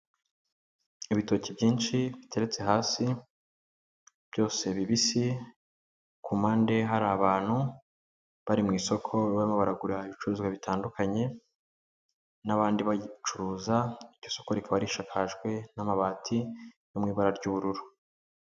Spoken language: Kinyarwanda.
Ibitoki byinshi biteretse hasi byose bibisi, ku mpande hari abantu bari mu isoko barimo baragura ibicuruzwa bitandukanye n'abandi bacuruza, iryo soko rikaba rishakajwe n'amabati yo mu ibara ry'ubururu.